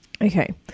Okay